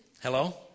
hello